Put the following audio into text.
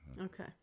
Okay